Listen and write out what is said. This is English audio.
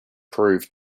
proved